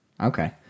Okay